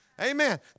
Amen